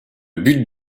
but